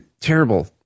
terrible